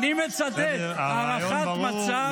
אני מצטט: הערכת מצב,